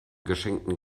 geschenkten